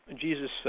Jesus